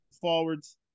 forwards